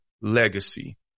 legacy